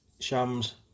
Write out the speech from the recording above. Shams